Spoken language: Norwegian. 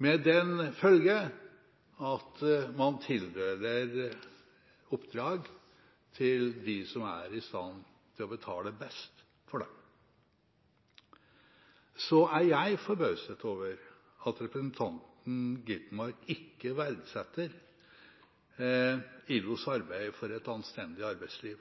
med den følge at man tildeler oppdrag til dem som er i stand til å betale best for det. Jeg er forbauset over at representanten Gitmark ikke verdsetter ILOs arbeid for et anstendig arbeidsliv,